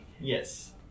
Yes